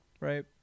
right